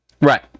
Right